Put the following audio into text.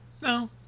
no